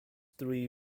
three